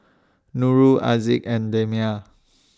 Nurul Aziz and Damia